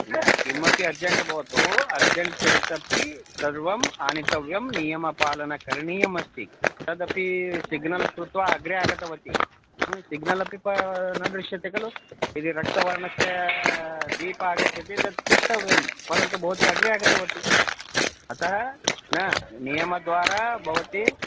न किमपि अर्जेण्ट् भवतु अर्जेण्ट् चेदपि सर्वम् आनीतव्यं नियमपालनं करणीयमस्ति तदपि सिग्नल् कृत्वा अग्रे आगतवती सिग्नल् अपि न दृश्यते खलु यदि रक्तवर्णस्य वीप आगच्छति तत् तिष्ठव्यं परन्तु भवती अग्रे आगतवती अतः न नियमद्वारा भवती